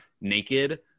naked